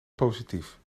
positief